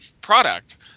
product